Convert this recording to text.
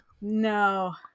no